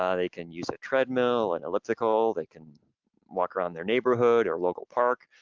ah they can use a treadmill and elliptical, they can walk around their neighborhood or local park,